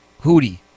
Hootie